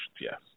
Yes